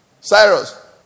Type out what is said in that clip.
Cyrus